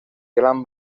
gran